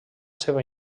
seva